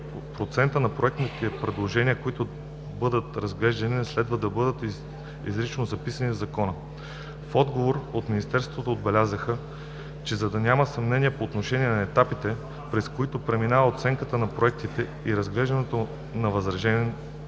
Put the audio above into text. процентът на проектните предложенията, които ще бъдат разглеждани, не следва да бъде изрично записан в Закона. В отговор от Министерството обясниха, че за да няма съмнения по отношение на етапите, през които преминава оценката на проектите и разглеждането на възраженията,